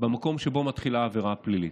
במקום שבו מתחילה העבירה הפלילית.